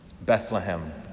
Bethlehem